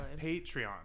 patreon